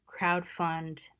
crowdfund